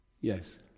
Yes